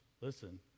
listen